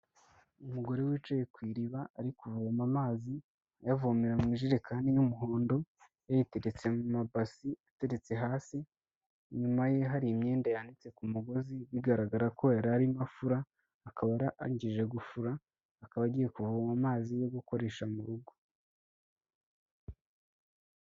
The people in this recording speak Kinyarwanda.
Umugore wicaye kui iriba, ari kuvoma amazi , ayavomera mu ijerekani y'umuhondo, yayiteretse mu mabasi ateretse hasi, inyuma ye hari imyenda yanitse ku mugozi bigaragara ko yari arimo afura akaba arangije gufura, akaba agiye kuvoma amazi yo gukoresha mu rugo.